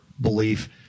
belief